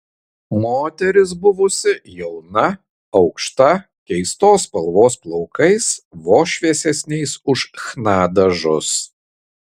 moteris buvusi jauna aukšta keistos spalvos plaukais vos šviesesniais už chna dažus